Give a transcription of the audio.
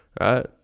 right